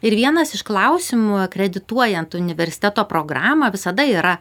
ir vienas iš klausimų akredituojant universiteto programą visada yra